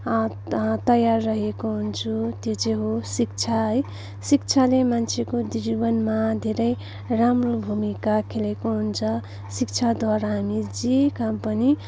तयार रहेको हुन्छु त्यो चाहिँ हो शिक्षा है शिक्षाले मान्छेको ती जीवनमा धेरै राम्रो भूमिका खेलेको हुन्छ शिक्षाद्वारा हामी जे काम पनि